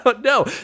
No